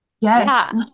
yes